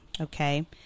Okay